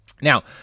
Now